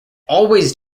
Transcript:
always